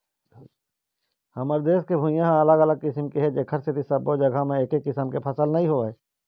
हमर देश के भुइंहा ह अलग अलग किसम के हे जेखर सेती सब्बो जघा म एके किसम के फसल नइ होवय